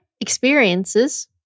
experiences